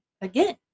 Again